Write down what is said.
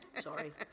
Sorry